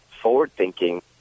forward-thinking